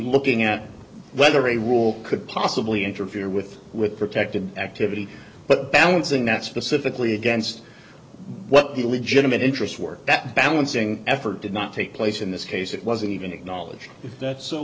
looking at whether a rule could possibly interfere with with protected activity but balancing that specifically against what the legitimate interests were that balancing effort did not take place in this case it was even acknowledged that so